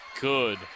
good